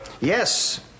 yes